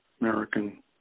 American